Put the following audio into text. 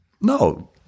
No